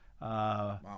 Wow